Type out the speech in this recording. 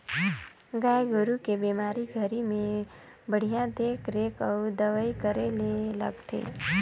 गाय गोरु के बेमारी घरी में बड़िहा देख रेख अउ दवई करे ले लगथे